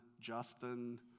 Justin